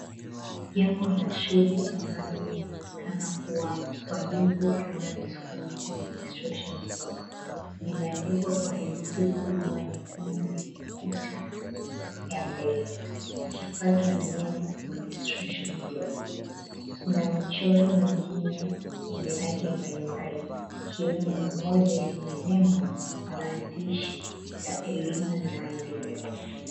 Jengo la shule ambalo linaonekana kuwa Kwa Jomvu primary school administration block limeandikwa kwa herufi kubwa yenye kuta ya mbele ikifuatwa na neno, Administration Block. Kuna michoro mengine yenye rangi mbalimbali ikiwemo moja yenye nembo na maandishi ya kilimo ya maendeleo.